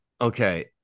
Okay